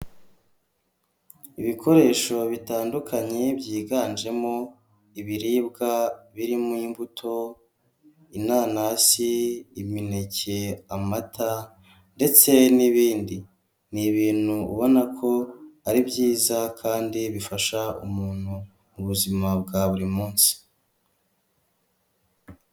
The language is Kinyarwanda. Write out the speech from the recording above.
Ibikoresho bitandukanye byiganjemo ibiribwa birimo imbuto inanasi, imineke amata ndetse n'ibindi ni ibintu ubona ko ari byiza kandi bifasha umuntu mu buzima bwa buri munsi.